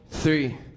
Three